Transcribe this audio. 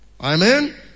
Amen